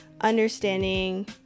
understanding